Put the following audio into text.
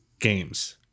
games